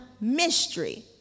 mystery